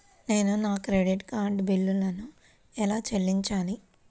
నేను నా credit card బిల్లును ఎలా చెల్లించాలీ?